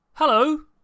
Hello